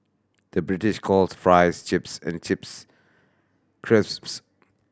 the British calls fries chips and chips crisps